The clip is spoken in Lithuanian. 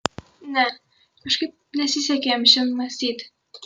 ne kažkaip nesisekė jam šiandien mąstyti